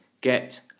Get